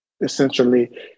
essentially